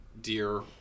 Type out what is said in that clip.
dear